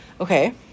okay